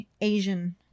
Asian